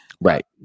Right